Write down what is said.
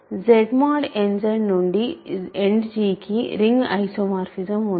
Z mod n Z నుండి End కు ring isomorphism ఉంది